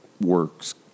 works